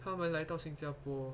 他们来到新加坡